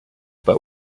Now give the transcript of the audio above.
but